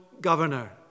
governor